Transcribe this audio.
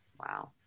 Wow